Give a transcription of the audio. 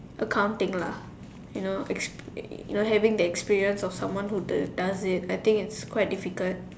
accounting lah you know ex~ you know having the experience of someone who does it I think it's quite difficult